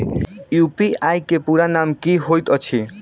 UPI केँ पूरा नाम की होइत अछि?